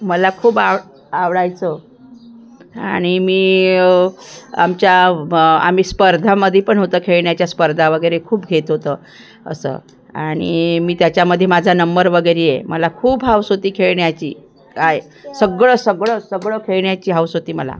मला खूप आव आवडायचं आणि मी आमच्या ब् आम्ही स्पर्धांमध्ये पण होतं खेळण्याच्या स्पर्धा वगैरे खूप घेत होतं असं आणि मी त्याच्यामध्ये माझा णंबर वगैरे येई मला खूप हौस होती खेळण्याची काय सगळं सगळं सगळं खेळण्याची हौस होती मला